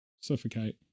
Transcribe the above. suffocate